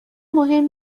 مهم